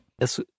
Yes